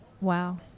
Wow